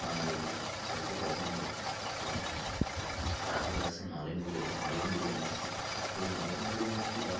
বাঙালিদের সবচেয়ে পছন্দের এটা তার পরে আসছে নলেন গুড়ের নলেন গুড়ের মিষ্টি তো এই নলেন গুড়ের মিষ্টিটা